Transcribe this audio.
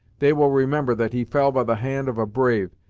they will remember that he fell by the hand of a brave,